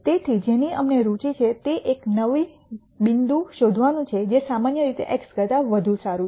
તેથી જેની અમને રુચિ છે તે એક નવું બિંદુ શોધવાનું છે જે સામાન્ય રીતે x કરતા વધુ સારું છે